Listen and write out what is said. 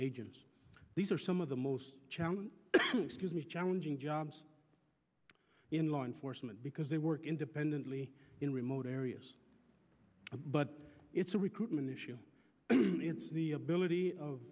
agents these are some of the most challenging excuse me challenging jobs in law enforcement because they work independently in remote areas but it's a recruitment issue ability of